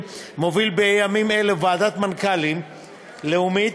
מוביל בימים אלה ועדת מנכ"לים לאומית,